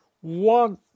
One